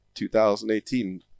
2018